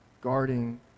guarding